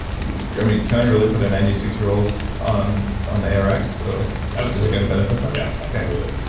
you know mean can i really put a ninety six year old on on the arx like is it going to benefit them absolutely, yeah absolutely.